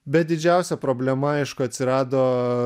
bet didžiausia problema aišku atsirado